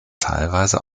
teilweise